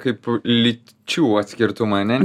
kaip lyčių atskirtumai ane